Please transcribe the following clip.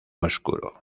oscuro